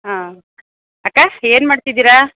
ಹಾಂ ಅಕ್ಕ ಏನು ಮಾಡ್ತಿದೀರಾ